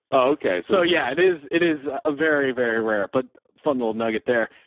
okay. so yeah, it is, it is a very, very rare but fun little nugget there.